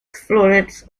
florets